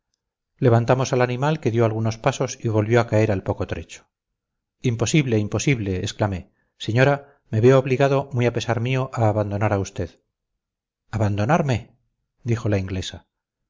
levantamos al animal que dio algunos pasos y volvió a caer al poco trecho imposible imposible exclamé señora me veo obligado muy a pesar mío a abandonar a usted abandonarme dijo la inglesa